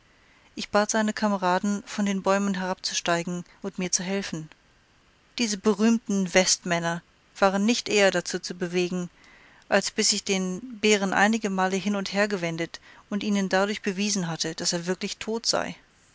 ich bat seine kameraden von den bäumen herabzusteigen und mir zu helfen diese berühmten westmänner waren nicht eher dazu zu bewegen als bis ich den bären einige male hin und hergewendet und ihnen dadurch bewiesen hatte daß er wirklich tot sei